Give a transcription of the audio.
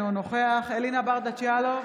אינו נוכח אלינה ברדץ' יאלוב,